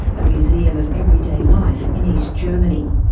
a museum of everyday life in east germany.